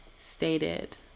Stated